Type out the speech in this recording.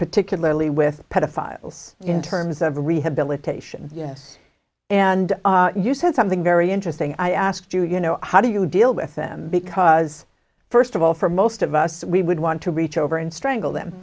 particularly with pet a files in terms of rehabilitation yes and you said something very interesting i asked you you know how do you deal with them because first of all for most of us we would want to reach over and strangle